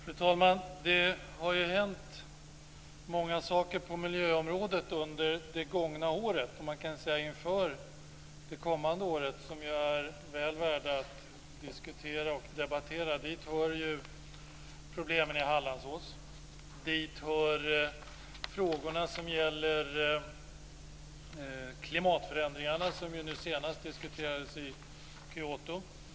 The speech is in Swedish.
Fru talman! Det har hänt många saker på miljöområdet under det gångna året, och inför det kommande året, som är väl värda att diskutera och debattera. Dit hör problemen i Hallandsås. Dit hör frågorna som gäller klimatförändringarna, som senast diskuterades i Kyoto.